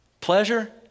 Pleasure